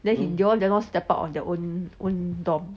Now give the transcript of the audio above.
then he they all dare not step out on their own own dorm